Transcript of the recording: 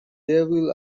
devil